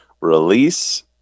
release